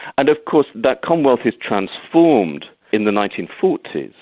and of course that commonwealth is transformed in the nineteen forty s,